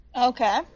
Okay